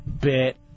bit